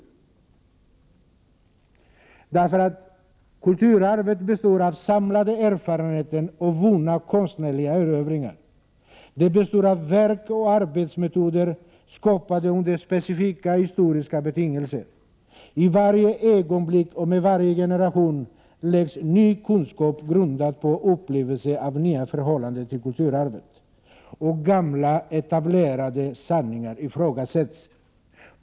Kulturarvet består av samlade erfarenheter och vunna konstnärliga erövringar. Det består av verk och arbetsmetoder skapade under specifika historiska betingelser. I varje ögonblick och med varje generation läggs ny kunskap grundad på upplevelser av nya förhållanden till kulturarvet. Gamla etablerade sanningar ifrågasätts.